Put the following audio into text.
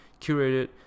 Curated